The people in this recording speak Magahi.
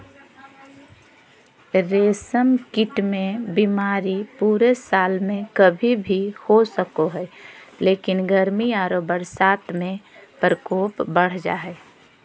रेशम कीट मे बीमारी पूरे साल में कभी भी हो सको हई, लेकिन गर्मी आरो बरसात में प्रकोप बढ़ जा हई